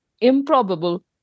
improbable